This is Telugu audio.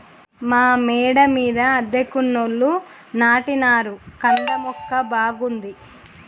మా మేడ మీద అద్దెకున్నోళ్లు నాటినారు కంద మొక్క బాగుంది